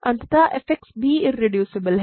अत f X भी irreducible है